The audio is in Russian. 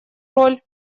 роль